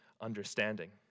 understanding